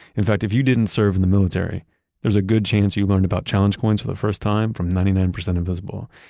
in fact, if you didn't serve in the military there's a good chance you learn about challenge coins for the first time from ninety nine percent invisible.